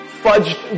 fudged